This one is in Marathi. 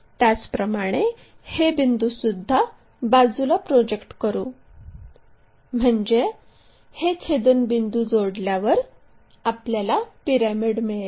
त्याचप्रमाणे हे बिंदूसुद्धा बाजूला प्रोजेक्ट करू म्हणजे हे छेदनबिंदू जोडल्यावर आपल्याला पिरॅमिड मिळेल